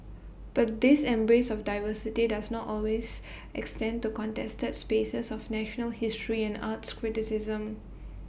but this embrace of diversity does not always extend to contested spaces of national history and arts criticism